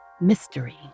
mystery